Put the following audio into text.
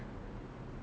mmhmm